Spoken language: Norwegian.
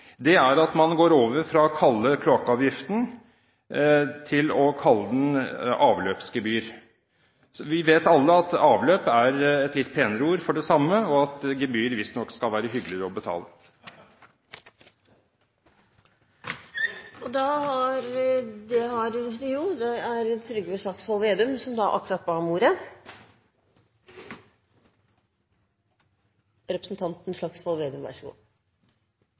er at man går over fra å kalle det «kloakkavgift» til å kalle det «avløpsgebyr». Vi vet alle at «avløp» er et litt penere ord for det samme, og at gebyr visstnok skal være hyggeligere å betale. Takk for det. Jeg ble utfordret av min medrepresentant Tetzschner på slutten, og derfor tenkte jeg at det er